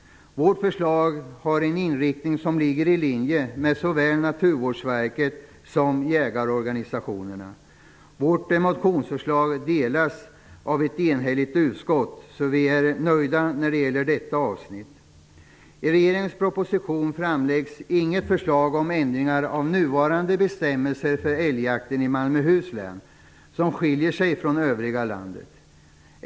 Vårt förslags inriktning ligger i linje såväl med Naturvårdsverkets som med jägarorganisationernas. Åsikterna i vårt motionsförslag delas av ett enhälligt utskott, så vi är nöjda när det gäller detta avsnitt. I regeringens proposition framläggs inget förslag om ändringar av nuvarande bestämmelser för älgjakten i Malmöhus län, som ju skiljer sig från dem i övriga landet.